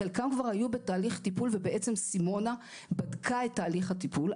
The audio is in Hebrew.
חלקם כבר היו בתהליך טיפול ובעצם סימונה בדקה את תהליך הטיפול.